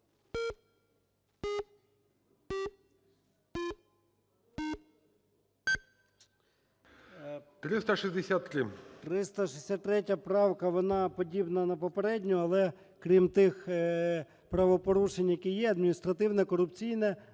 363 правка, вона подібна на попередню. Але крім тих правопорушень, які є – адміністративне, корупційне,